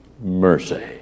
mercy